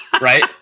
right